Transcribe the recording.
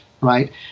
right